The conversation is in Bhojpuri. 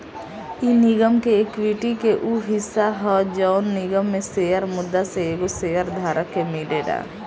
इ निगम के एक्विटी के उ हिस्सा ह जवन निगम में शेयर मुद्दा से एगो शेयर धारक के मिलेला